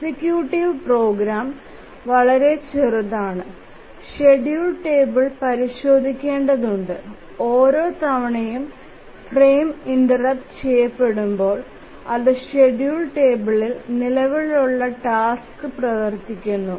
executive program വളരെ ചെറുതാണ് schedule table പരിശോധിക്കേണ്ടതുണ്ട് ഓരോ തവണയും ഫ്രെയിം ഇന്റെര്പ്ട് ചെയ്യപ്പെടുമ്പോൾ അത് ഷെഡ്യൂൾ ടേബിളിൽ നിലവിലുള്ള ടാസ്ക് പ്രവർത്തിപ്പിക്കുന്നു